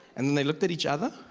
and then they looked at each other.